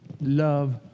love